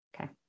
Okay